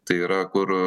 tai yra kur